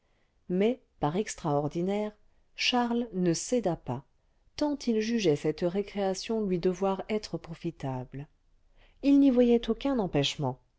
mais par extraordinaire charles ne céda pas tant il jugeait cette récréation lui devoir être profitable il n'y voyait aucun empêchement